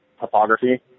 topography